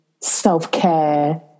self-care